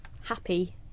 happy